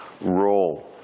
role